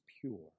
pure